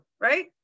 right